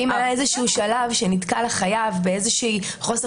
אם היה איזשהו שלב שנתקל החייב באיזשהו חוסר